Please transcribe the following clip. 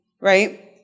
right